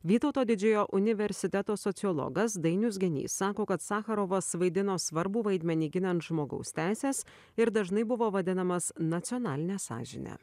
vytauto didžiojo universiteto sociologas dainius genys sako kad sacharovas vaidino svarbų vaidmenį ginant žmogaus teises ir dažnai buvo vadinamas nacionaline sąžine